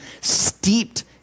steeped